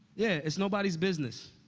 yeah, it's nobody's business.